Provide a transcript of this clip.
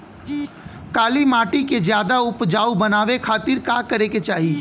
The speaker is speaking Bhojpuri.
काली माटी के ज्यादा उपजाऊ बनावे खातिर का करे के चाही?